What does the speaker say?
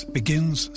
begins